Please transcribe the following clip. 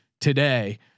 today